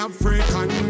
African